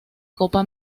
copa